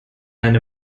eine